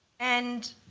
and